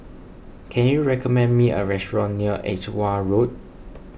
can you recommend me a restaurant near Edgware Road